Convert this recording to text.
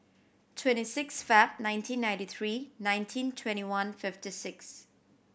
twenty six Feb nineteen ninety three nineteen twenty one fifty six